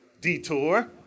detour